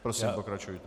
Prosím, pokračujte.